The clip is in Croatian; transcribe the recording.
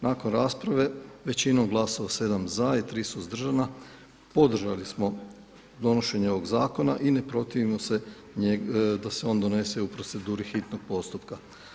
Nakon rasprave većinom glasova 7 za i 3 suzdržana podržali smo donošenje ovog Zakona i ne protivimo se da se on donese u proceduri hitnog postupka.